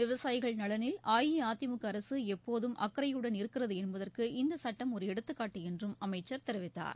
விவசாயிகள் நலனில் அஇஅதிமுக அரசு எப்போதும் அக்கறையுடன் இருக்கிறது என்பதற்கு இந்த சுட்டம் ஒரு எடுத்துக்காட்டு என்றும் அமைச்சர் தெரிவித்தார்